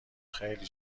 خیلی